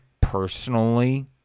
personally